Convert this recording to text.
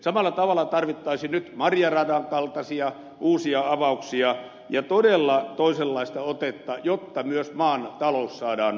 samalla tavalla tarvittaisiin nyt marja radan kaltaisia uusia avauksia ja todella toisenlaista otetta jotta myös maan talous saadaan nousukierteeseen